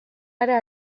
gara